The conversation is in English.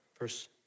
Verse